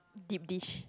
dip dish